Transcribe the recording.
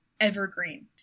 evergreen